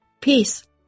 Peace